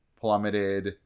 Plummeted